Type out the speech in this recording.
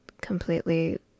completely